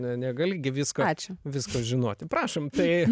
ne negali gi visko visko žinoti prašom tai